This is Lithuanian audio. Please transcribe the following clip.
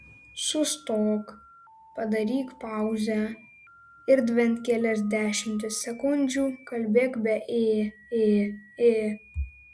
sustok padaryk pauzę ir bent kelias dešimtis sekundžių kalbėk be ė ė ė